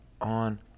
on